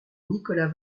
nicolas